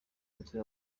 mutwe